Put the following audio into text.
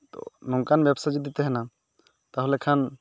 ᱛᱚ ᱱᱚᱝᱠᱟᱱ ᱵᱮᱵᱥᱟ ᱡᱩᱫᱤ ᱛᱟᱦᱮᱱᱟ ᱛᱟᱦᱚᱞᱮ ᱠᱷᱟᱱ